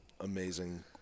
amazing